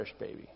baby